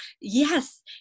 yes